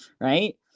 Right